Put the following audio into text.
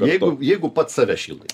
jeigu jeigu pats save šildai